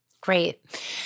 great